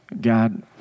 God